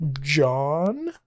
John